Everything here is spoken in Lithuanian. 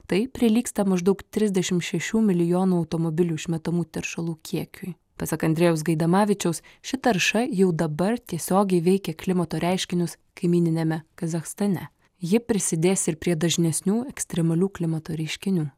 tai prilygsta maždaug trisdešim šešių milijonų automobilių išmetamų teršalų kiekiui pasak andrejaus gaidamavičiaus ši tarša jau dabar tiesiogiai veikia klimato reiškinius kaimyniniame kazachstane ji prisidės ir prie dažnesnių ekstremalių klimato reiškinių